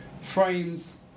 frames